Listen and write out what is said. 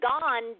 gone